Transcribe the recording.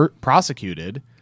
prosecuted